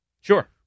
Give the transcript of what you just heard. Sure